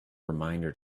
reminder